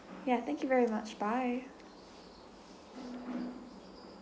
ya thank you very much bye